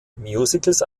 musicals